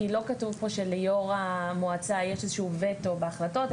לא כתוב פה שליו"ר המועצה יש איזשהו וטו בהחלטות,